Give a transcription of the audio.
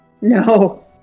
No